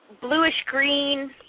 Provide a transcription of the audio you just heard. bluish-green